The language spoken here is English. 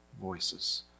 voices